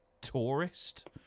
Tourist